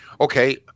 Okay